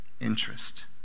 interest